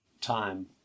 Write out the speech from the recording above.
time